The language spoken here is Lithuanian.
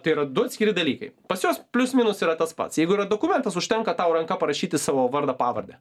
tai yra du atskiri dalykai pas juos plius minus yra tas pats jeigu yra dokumentas užtenka tau ranka parašyti savo vardą pavardę